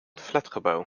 flatgebouw